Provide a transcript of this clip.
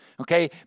Okay